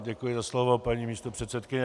Děkuji za slovo, paní místopředsedkyně.